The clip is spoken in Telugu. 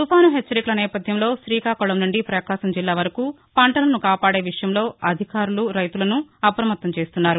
తుఫాను హెచ్చరికల నేపథ్యంలో శ్రీకాకుళం నుండి పకాశం జిల్లా వరకు పంటలను కాపాడే విషయంలో అధికారులు రైతులను అప్రమత్తం చేస్తున్నారు